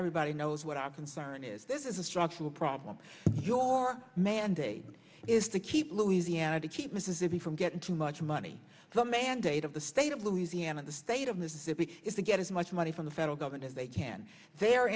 everybody knows what our concern is this is a structural problem your mandate is to keep louisiana to keep mississippi from getting too much money the mandate of the state of louisiana in the state of mississippi is to get as much money from the federal government as they can the